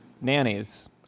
nannies